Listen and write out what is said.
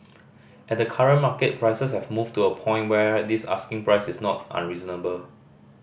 at the current market prices have moved to a point where this asking price is not unreasonable